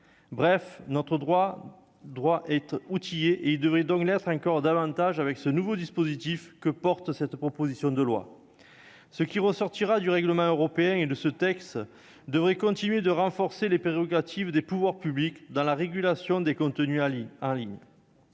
Notre droit doit être outillé ; il le sera encore davantage avec le nouveau dispositif de cette proposition de loi. Il ressortira du règlement européen et de ce texte de quoi continuer à renforcer les prérogatives des pouvoirs publics dans la régulation des contenus en ligne.